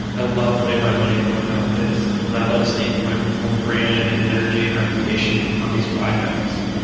i love putting my money where my mouth is and i love sticking my own brand, and energy, and reputation on these projects.